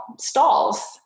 stalls